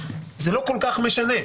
זה לא כל כך משנה,